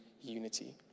unity